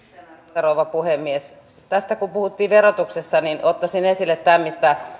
rouva puhemies tässä kun puhuttiin verotuksesta niin ottaisin esille tämän mistä